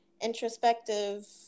introspective